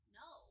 no